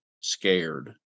scared